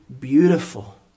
beautiful